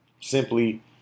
simply